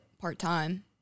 part-time